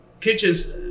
kitchens